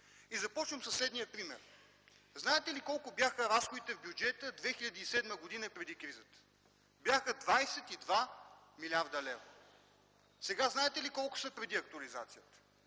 Ще започна със следния пример. Знаете ли колко бяха разходите в бюджета през 2007 г., преди кризата?! Бяха 22 млрд. лв. Сега знаете ли колко са преди актуализацията?